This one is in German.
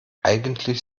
eigentlich